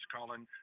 Colin